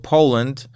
Poland